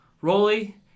Rolly